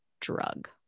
drug